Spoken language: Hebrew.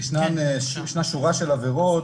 ישנה שורה של עבירות,